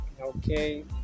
Okay